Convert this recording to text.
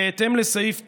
בהתאם לסעיף 9(א)(7)